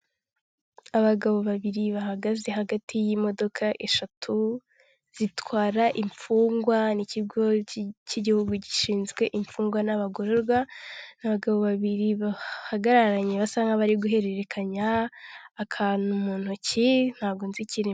Umuhanda w'igitaka urimo imodoka ebyiri imwe y'umukara n'indi yenda gusa umweru, tukabonamo inzu ku ruhande yarwo yubakishije amabuye kandi ifite amababi y'umutuku ni'gipangu cy'umukara.